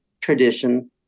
tradition